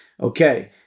okay